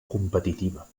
competitiva